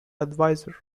adviser